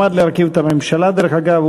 דרך אגב,